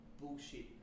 bullshit